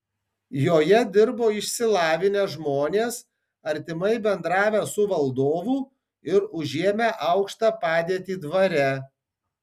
joje dirbo išsilavinę žmonės artimai bendravę su valdovu ir užėmę aukštą padėtį dvare